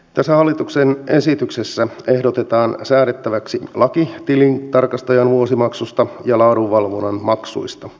tässä hallituksen esityksessä ehdotetaan säädettäväksi laki tilintarkastajan vuosimaksusta ja laadunvalvonnan maksuista